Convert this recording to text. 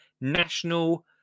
national